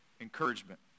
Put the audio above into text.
encouragement